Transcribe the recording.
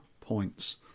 points